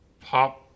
pop